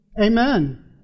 Amen